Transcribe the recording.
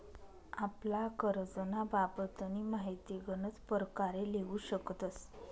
आपला करजंना बाबतनी माहिती गनच परकारे लेवू शकतस